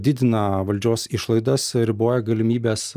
didina valdžios išlaidas riboja galimybes